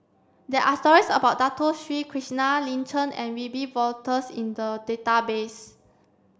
there are stories about Dato Sri Krishna Lin Chen and Wiebe Wolters in the database